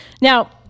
Now